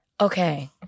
Okay